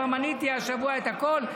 כבר מניתי השבוע את הכול,